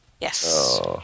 Yes